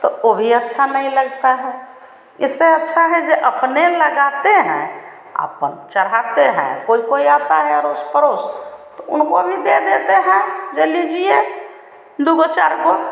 तो वह भी अच्छा नहीं लगता है इससे अच्छा है जो अपने लगाते हैं और अपने चढ़ाते हैं कोई कोई आता है अड़ोस पड़ोस तो उनको भी दे देते हैं जो लीजिए दो गो चार गो